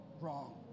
wrong